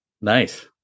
Nice